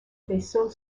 vaisseau